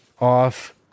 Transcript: off